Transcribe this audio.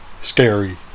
scary